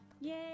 Yay